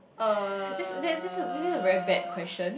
this that this is this is a very bad question